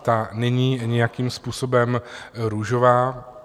Ta není nějakým způsobem růžová.